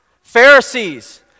Pharisees